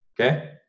Okay